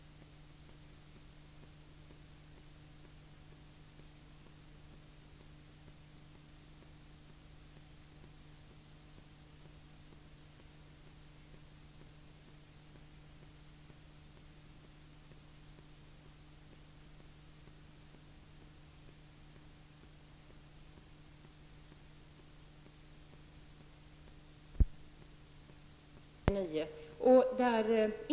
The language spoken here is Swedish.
Det är desto mer häpnadsväckande som de omständigheter som regeringen anförde för att inte längre tillämpa flera av paragraferna faktiskt inte längre råder. Vi har en flyktingtillströmning som i höstas per månad var ungefär hälften av vad den var under hösten 1989, den höst som ledde till panikbeslutet av regeringen. Invandrarverkets flyktingmottagning fungerar nu på ett mycket bättre sätt än den gjorde under 1989.